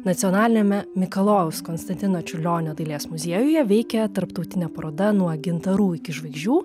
nacionaliniame mikalojaus konstantino čiurlionio dailės muziejuje veikia tarptautinė paroda nuo gintarų iki žvaigždžių